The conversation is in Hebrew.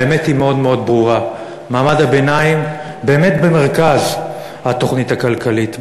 והאמת היא מאוד מאוד ברורה: מעמד הביניים באמת במרכז התוכנית הכלכלית,